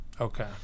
Okay